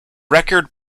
record